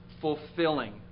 fulfilling